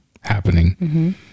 happening